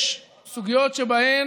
יש סוגיות שבהן,